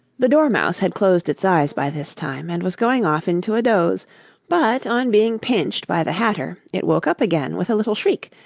the dormouse had closed its eyes by this time, and was going off into a doze but, on being pinched by the hatter, it woke up again with a little shriek,